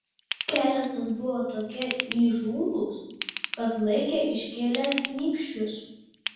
keletas buvo tokie įžūlūs kad laikė iškėlę nykščius